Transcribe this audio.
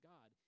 God